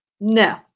no